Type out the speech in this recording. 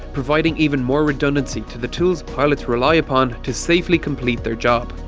providing even more redundancy to the tools pilots rely upon to safely complete their job.